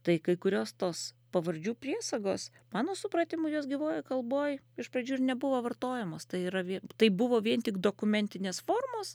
tai kai kurios tos pavardžių priesagos mano supratimu jos gyvojoj kalboj iš pradžių ir nebuvo vartojamos tai yra vie tai buvo vien tik dokumentinės formos